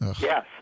Yes